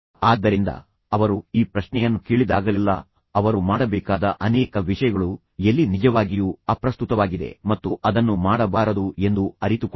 ಆದ್ದರಿಂದ ಅವರು ಈ ಪ್ರಶ್ನೆಯನ್ನು ಕೇಳಿದಾಗಲೆಲ್ಲಾ ಅವರು ಮಾಡಬೇಕಾದ ಅನೇಕ ವಿಷಯಗಳು ಎಲ್ಲಿ ನಿಜವಾಗಿಯೂ ಅಪ್ರಸ್ತುತವಾಗಿದೆ ಮತ್ತು ಅವರು ಅದನ್ನು ಮಾಡಬಾರದು ಎಂದು ಅವರು ಅರಿತುಕೊಂಡರು